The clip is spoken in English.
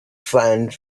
flattened